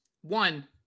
One